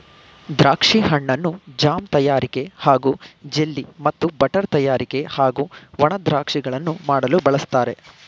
ದ್ರಾಕ್ಷಿ ಹಣ್ಣನ್ನು ಜಾಮ್ ತಯಾರಿಕೆ ಹಾಗೂ ಜೆಲ್ಲಿ ಮತ್ತು ಬಟರ್ ತಯಾರಿಕೆ ಹಾಗೂ ಒಣ ದ್ರಾಕ್ಷಿಗಳನ್ನು ಮಾಡಲು ಬಳಸ್ತಾರೆ